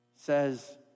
says